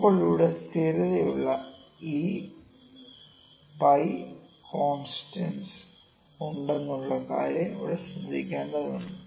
ഇപ്പോൾ ഇവിടെ സ്ഥിരതയുള്ള 'e' '𝝿' കോൺസ്റ്റന്റ്സ് ഉണ്ടെന്നുള്ള കാര്യം ഇവിടെ ശ്രദ്ധിക്കേണ്ടതുണ്ട്